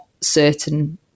certain